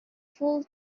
full